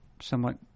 somewhat –